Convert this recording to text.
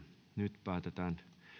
nyt päätetään